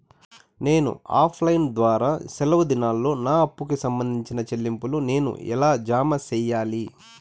నేను offline ద్వారా సెలవు దినాల్లో నా అప్పుకి సంబంధించిన చెల్లింపులు నేను ఎలా జామ సెయ్యాలి?